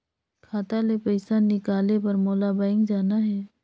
खाता ले पइसा निकाले बर मोला बैंक जाना हे?